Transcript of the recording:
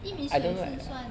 薏米水是算